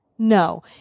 No